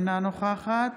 אינה נוכחת